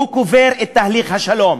הוא קובר את תהליך השלום.